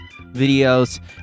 videos